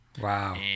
wow